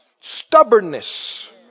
stubbornness